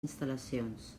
instal·lacions